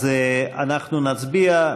אז אנחנו נצביע.